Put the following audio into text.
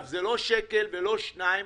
זה לא שקל ולא שניים,